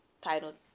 titles